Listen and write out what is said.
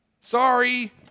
Sorry